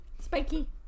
Spiky